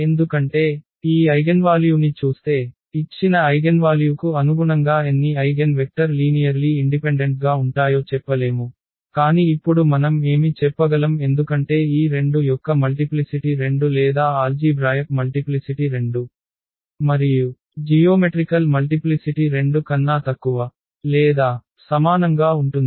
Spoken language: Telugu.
ఎందుకంటే ఈ ఐగెన్వాల్యూని చూస్తే ఇచ్చిన ఐగెన్వాల్యూకు అనుగుణంగా ఎన్ని ఐగెన్వెక్టర్ లీనియర్లీ ఇండిపెండెంట్గా ఉంటాయో చెప్పలేము కాని ఇప్పుడు మనం ఏమి చెప్పగలం ఎందుకంటే ఈ 2 యొక్క మల్టిప్లిసిటి 2 లేదా ఆల్జీభ్రాయక్ మల్టిప్లిసిటి 2 మరియు జియోమెట్రికల్ మల్టిప్లిసిటి 2 కన్నా తక్కువ లేదా సమానంగా ఉంటుంది